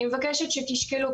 אני מבקשת שתשקלו.